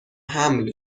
حمل